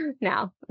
now